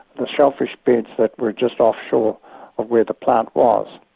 the shellfish beds that were just offshore of where the plant was.